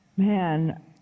man